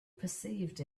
perceived